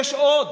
יש עוד.